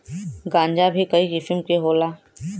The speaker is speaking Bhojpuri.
गांजा भीं कई किसिम के होला